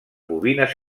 bobines